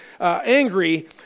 angry